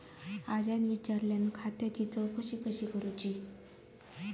आज्यान विचारल्यान खात्याची चौकशी कशी करुची?